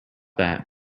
that